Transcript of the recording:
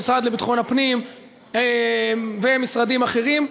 המשרד לביטחון הפנים ומשרדים אחרים.